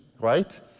right